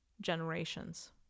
generations